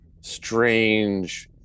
strange